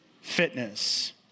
Fitness